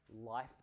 life